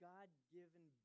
God-given